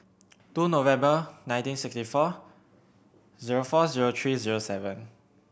two November nineteen sixty four zero four zero three zero seven